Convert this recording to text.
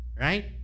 right